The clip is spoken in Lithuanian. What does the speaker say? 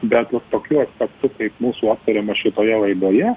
bet vat tokiu aspektu kaip mūsų aptariamas šitoje laidoje